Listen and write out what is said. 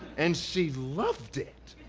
and she loved it!